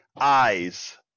eyes